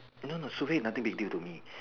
no no nothing survey is nothing big deal to me